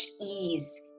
ease